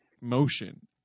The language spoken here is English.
motion